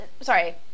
sorry